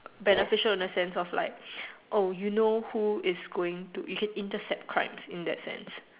beneficial in a sense of like oh you know who is going to you can intercept crimes in that sense